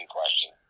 question